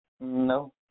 No